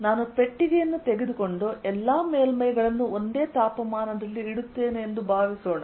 ನಾನು ಪೆಟ್ಟಿಗೆಯನ್ನು ತೆಗೆದುಕೊಂಡು ಎಲ್ಲಾ ಮೇಲ್ಮೈಗಳನ್ನು ಒಂದೇ ತಾಪಮಾನದಲ್ಲಿ ಇಡುತ್ತೇನೆ ಎಂದು ಭಾವಿಸೋಣ